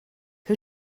who